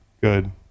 good